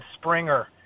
Springer